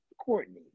Courtney